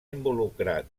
involucrar